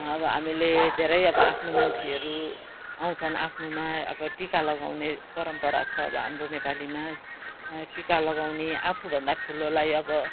अब हामीले धेरै अब आफ्नो मान्छेहरू आउँछन् आफ्नोमा अब टिका लगाउने परम्परा छ अब हाम्रो नेपालीमा टिका लगाउने आफू भन्दा ठुलोलाई अब